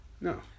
No